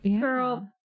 Girl